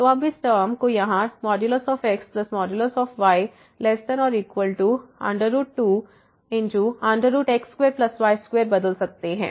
तो अब हम इस टर्म को यहाँ xy2x2y2बदल सकते हैं